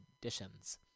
conditions